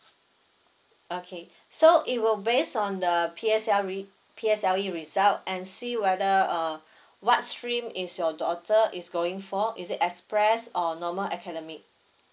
okay so it will based on the P_S_L _E P_S_L_E result and see whether uh what stream is your daughter is going for is it express or normal academic